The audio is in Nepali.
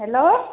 हेलो